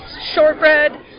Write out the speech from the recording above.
shortbread